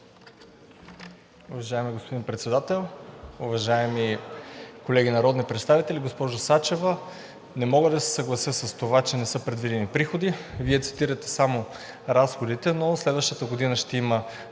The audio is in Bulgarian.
Уважаеми господин Председател, уважаеми колеги народни представители! Госпожо Сачева, не мога да се съглася с това, че не са предвидени приходи, Вие цитирате само разходите, но следващата година ще има